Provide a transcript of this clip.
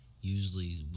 Usually